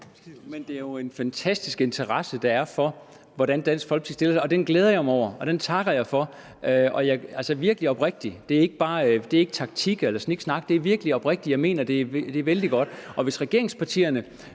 Det er jo en fantastisk interesse, der er for, hvordan Dansk Folkeparti stiller sig. Og den glæder jeg mig over, og den takker jeg virkelig oprigtigt for. Det er ikke taktik eller sniksnak, det er virkelig oprigtigt. Jeg mener, det er vældig godt. Hvis regeringspartierne